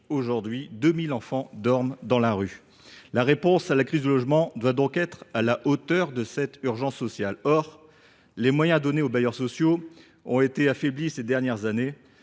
abri, et 2 000 enfants dorment dans la rue. La réponse à la crise du logement doit donc être à la hauteur d’une telle urgence sociale. Or les moyens donnés aux bailleurs sociaux ont été affaiblis ces dernières années,